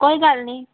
कोई गल्ल निं